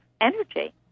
energy